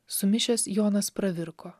sumišęs jonas pravirko